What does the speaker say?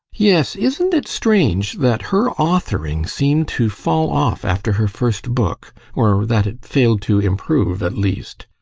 yes, isn't it strange that her authoring seemed to fall off after her first book or that it failed to improve, at least?